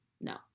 no